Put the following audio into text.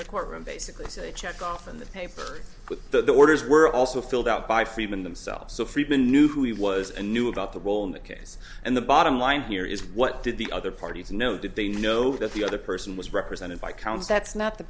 the courtroom basically it's a check off and the paper with the orders were also filled out by freeman themselves so freeman knew who he was and knew about the role in the case and the bottom line here is what did the other parties know did they know that the other person was represented by counsel that's not the